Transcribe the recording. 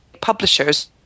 publishers